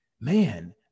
man